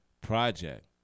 project